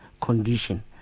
condition